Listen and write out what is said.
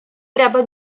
треба